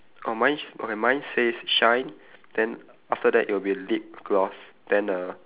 oh mine okay mine says shine then after that it will be lip gloss then the